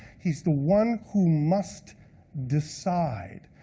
he's the one who must decide.